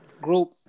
Group